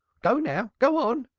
go now! go on!